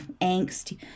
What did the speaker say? angst